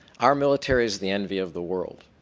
our military is the envy of the world.